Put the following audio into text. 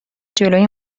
جلوی